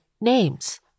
names